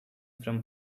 from